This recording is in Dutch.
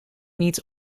niet